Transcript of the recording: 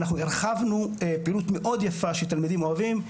אנחנו הרחבנו פעילות מאוד יפה שתלמידים אוהבים,